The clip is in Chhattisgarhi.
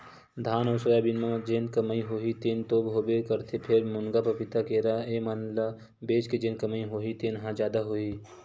धान अउ सोयाबीन म जेन कमई होही तेन तो होबे करथे फेर, मुनगा, पपीता, केरा ए मन ल बेच के जेन कमई होही तेन ह जादा होही